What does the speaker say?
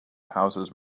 houses